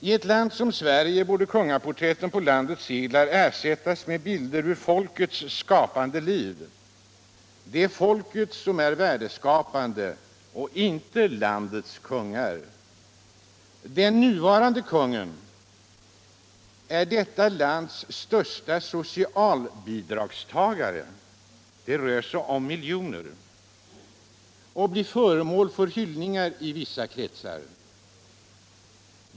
I ett land som Sverige borde kungaporträtten på landets sedlar ersättas med bilder ur folkets skapande liv. Det är folket som är värdeskapande och inte landets kungar. Den nuvarande kungen är detta lands störste socialbidragstagare — det rör sig om miljoner — och blir föremål för hyllningar i vissa kretsar.